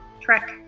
trek